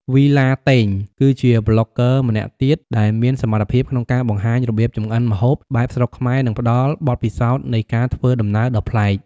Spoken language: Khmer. វីឡាតេង គឺជាប្លុកហ្គើម្នាក់ទៀតដែលមានសមត្ថភាពក្នុងការបង្ហាញរបៀបចម្អិនម្ហូបបែបស្រុកខ្មែរ និងផ្តល់បទពិសោធន៍នៃការធ្វើដំណើរដ៏ប្លែក។